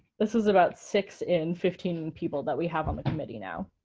this is about six in fifteen people that we have on the committee now.